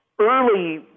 early